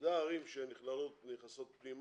אלה הערים שנכנסות פנימה.